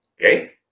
Okay